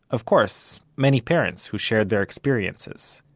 of course, many parents who shared their experiences.